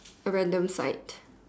a random site